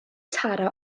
taro